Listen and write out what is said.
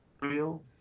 real